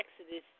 Exodus